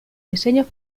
diseños